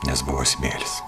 nes buvo smėlis